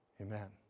Amen